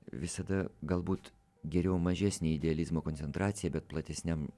visada galbūt geriau mažesnė idealizmo koncentracija bet platesniam